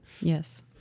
Yes